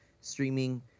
streaming